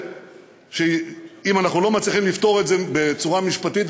אם אנחנו לא מצליחים לפתור את זה בצורה משפטית,